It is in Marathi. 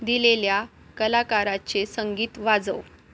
दिलेल्या कलाकाराचे संगीत वाजव